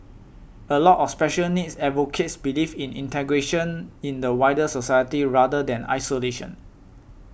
a lot of special needs advocates believe in integration in the wider society rather than isolation